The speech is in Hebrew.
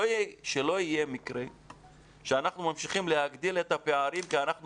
שלא יהיה מקרה שאנחנו ממשיכים להגדיל את הפערים כי אנחנו